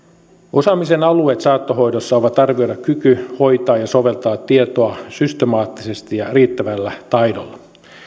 osaamisen alueet saattohoidossa ovat kyky arvioida hoitaa ja soveltaa tietoa systemaattisesti ja riittävällä taidolla